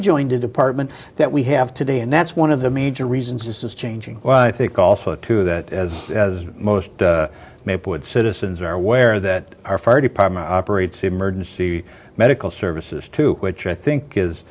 joined a department that we have today and that's one of the major reasons this is changing well i think also too that as most maplewood citizens are aware that our fire department operates emergency medical services to which i think is